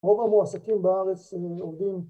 ‫רוב המועסקים בארץ עובדים...